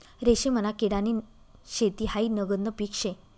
रेशीमना किडानी शेती हायी नगदनं पीक शे